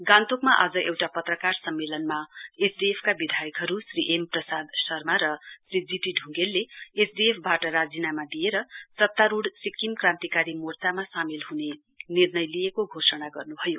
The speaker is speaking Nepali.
गान्तोकमा आज एउटा पत्रकार सम्मेलनमा एसडिएफ का विधायकहरु श्री एम प्रसाद शर्मा र श्री जीटी ढ़ङ्गेलले एसडिएफ बाट राजीनामा दिएर सत्तारुढ़ सिक्किम क्रान्तीकारी मोर्चामा सामेल हुने निर्णय लिएको घोषणा गर्नुभयो